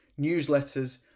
newsletters